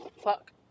Fuck